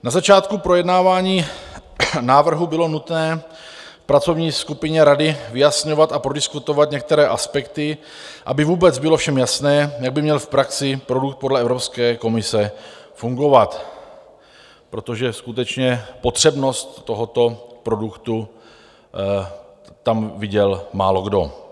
Na začátku projednávání návrhu bylo nutné v pracovní skupině Rady vyjasňovat a prodiskutovat některé aspekty, aby vůbec bylo všem jasné, jak by měl v praxi produkt podle Evropské komise fungovat, protože potřebnost tohoto produktu tam skutečně viděl málokdo.